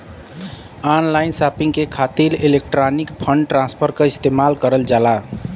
online shopping के खातिर electronic fund transfer क इस्तेमाल करल जाला